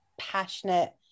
passionate